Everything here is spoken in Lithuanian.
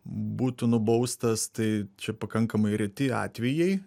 būtų nubaustas tai čia pakankamai reti atvejai